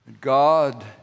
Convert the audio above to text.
God